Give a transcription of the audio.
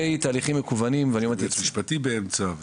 יועץ משפטי באמצע.